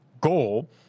goal